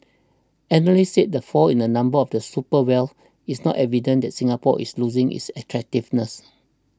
analysts said the fall in the number of the super wealthy is not evidence that Singapore is losing its attractiveness